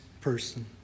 person